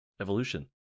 evolution